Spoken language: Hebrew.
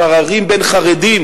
פערים בין חרדים